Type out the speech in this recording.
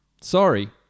Sorry